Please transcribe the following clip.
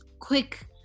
quick